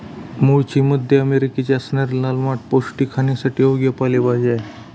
मूळची मध्य अमेरिकेची असणारी लाल माठ पौष्टिक, खाण्यासाठी योग्य पालेभाजी आहे